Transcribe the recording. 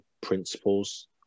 principles